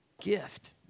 gift